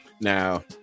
now